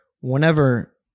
whenever